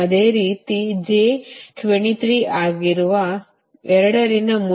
ಅದೇ ರೀತಿ j 23 ಆಗಿರುವ 2 ರಿಂದ 3 ನೇ ಲೈನ್ಗೆ 0